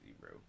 bro